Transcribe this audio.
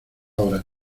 horas